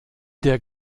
der